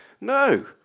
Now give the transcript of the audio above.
No